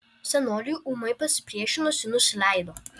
senoliui ūmai pasipriešinus ji nusileido